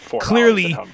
Clearly